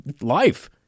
life